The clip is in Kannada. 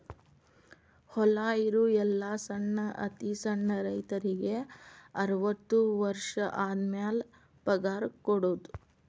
ಹೊಲಾ ಇರು ಎಲ್ಲಾ ಸಣ್ಣ ಅತಿ ಸಣ್ಣ ರೈತರಿಗೆ ಅರ್ವತ್ತು ವರ್ಷ ಆದಮ್ಯಾಲ ಪಗಾರ ಕೊಡುದ